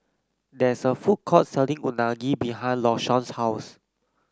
there is a food court selling Unagi behind Lashawn's house